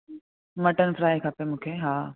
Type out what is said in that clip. mutton fry खपे मूंखे हा